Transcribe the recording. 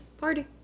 party